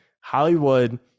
Hollywood